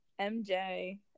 MJ